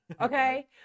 okay